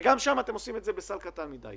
אבל גם אז אתם עושים את זה בסל קטן מידי.